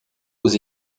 aux